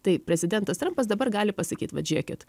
tai prezidentas trampas dabar gali pasakyt vat žiūrėkit